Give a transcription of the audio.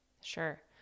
Sure